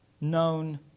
known